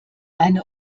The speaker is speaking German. eine